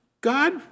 God